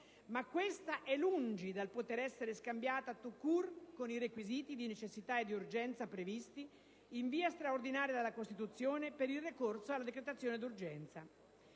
ma questa è lungi dal poter essere scambiata *tout court* con i requisiti di necessità e di urgenza previsti in via straordinaria dalla Costituzione per il ricorso alla decretazione d'urgenza.